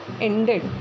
ended